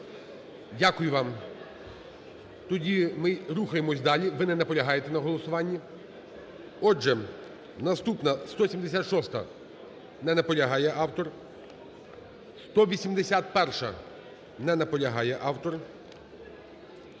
Дякую вам. Тоді ми рухаємося далі, Ви не наполягаєте на голосуванні. Отже, наступна 176-а. Не наполягає автор. 181-а. Не наполягає автор.